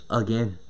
again